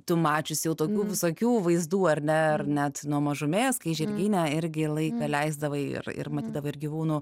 tu mačius jau tokių visokių vaizdų ar ne ar net nuo mažumės kai žirgyne irgi laiką leisdavai ir ir matydavai ir gyvūnų